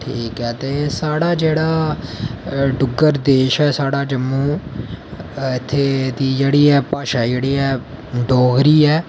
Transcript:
ठीक ऐ ते साढ़ा जेह्ड़ा डुग्गर देश ऐ साढ़ा जम्मू इत्थें दी जेह्ड़ी भाशा जेह्ड़ी ऐ डोगरी ऐ